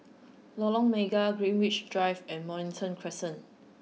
Lorong Mega Greenwich Drive and Mornington Crescent